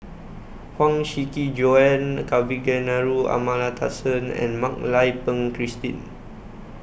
Huang Shiqi Joan Kavignareru Amallathasan and Mak Lai Peng Christine